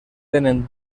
tenen